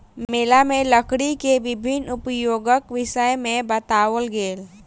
मेला में लकड़ी के विभिन्न उपयोगक विषय में बताओल गेल